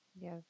yes